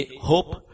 hope